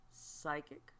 psychic